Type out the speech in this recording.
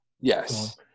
Yes